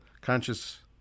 conscious